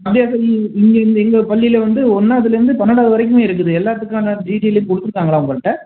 அப்படியா சேரி நீங்கள் இந்த நீங்கள் இந்த இந்த ஒரு பள்ளியில் வந்து ஒன்றாவதுலேந்து பன்னரெண்டாவது வரைக்குமே இருக்குது எல்லாத்துக்கான டீட்டெய்லையும் கொடுத்துருக்காங்களா உங்கள்கிட்ட